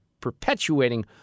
perpetuating